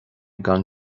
gan